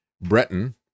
Breton